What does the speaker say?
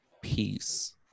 peace